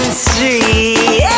street